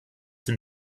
den